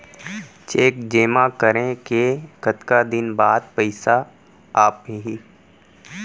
Cheque जेमा करें के कतका दिन बाद पइसा आप ही?